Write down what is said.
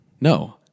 No